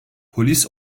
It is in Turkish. polis